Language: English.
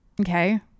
Okay